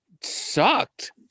sucked